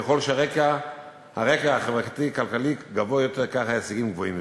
ככל שהרקע החברתי-כלכלי גבוה יותר כך ההישגים גבוהים יותר.